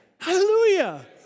Hallelujah